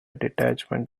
detachment